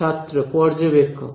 ছাত্র পর্যবেক্ষক